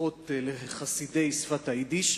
ברכות לחסידי שפת היידיש.